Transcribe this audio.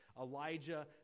Elijah